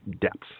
depth